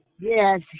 Yes